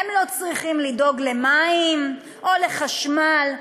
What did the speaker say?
הם לא צריכים לדאוג למים או לחשמל,